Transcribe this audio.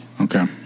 okay